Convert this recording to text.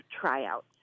tryout